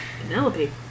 Penelope